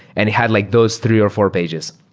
and it had like those three or four pages.